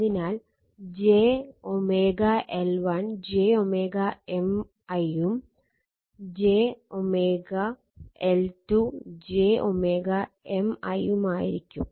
അതിനാൽ j L1 j M i ഉം j L2 j M i ഉം ആയിരിക്കും